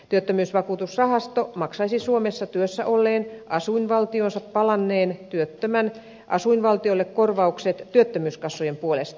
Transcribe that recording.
työttömyysvakuutusrahasto maksaisi suomessa työssä olleen asuinvaltioonsa palanneen työttömän asuinvaltiolle korvaukset työttömyyskassojen puolesta